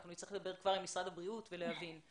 נצטרך לדבר עם משרד הבריאות ולהבין.